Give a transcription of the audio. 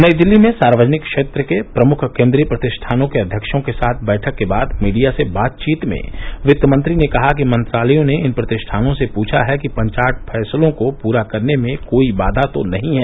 नई दिल्ली में सार्वजनिक क्षेत्र के प्रमुख केंद्रीय प्रतिष्ठानों के अध्यक्षों के साथ बैठक के बाद मीडिया से बातचीत में वित्तमंत्री ने कहा कि मंत्रालय ने इन प्रतिष्ठानों से पूछा है कि पंचाट फैसलों को पूरा करने में कोई बाधा तो नही है